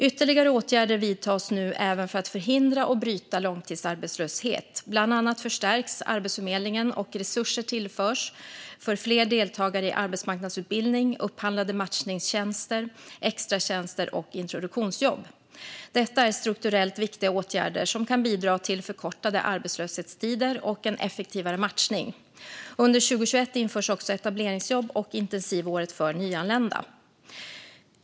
Ytterligare åtgärder vidtas nu även för att förhindra och bryta långtidsarbetslöshet. Bland annat förstärks Arbetsförmedlingen, och resurser tillförs för fler deltagare i arbetsmarknadsutbildning, upphandlade matchningstjänster, extratjänster och introduktionsjobb. Detta är strukturellt viktiga åtgärder som kan bidra till förkortade arbetslöshetstider och en effektivare matchning. Under 2021 införs också etableringsjobb och intensivåret för nyanlända.